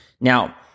Now